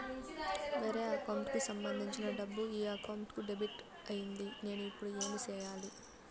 వేరే అకౌంట్ కు సంబంధించిన డబ్బు ఈ అకౌంట్ కు డెబిట్ అయింది నేను ఇప్పుడు ఏమి సేయాలి